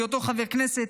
בהיותו חבר כנסת,